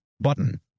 Button